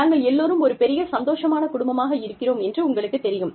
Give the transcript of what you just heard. நாங்கள் எல்லோரும் ஒரு பெரிய சந்தோஷமான குடும்பமாக இருக்கிறோம் என்று உங்களுக்குத் தெரியும்